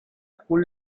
school